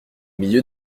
milieu